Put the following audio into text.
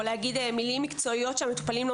או להגיד מילים מקצועיות שהמטופלים לא